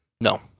No